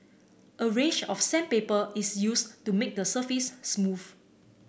a range of sandpaper is used to make the surface smooth